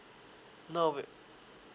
no